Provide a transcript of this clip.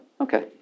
okay